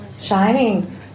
shining